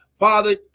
Father